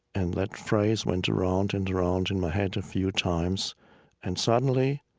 and that phrase went around and around in my head a few times and suddenly,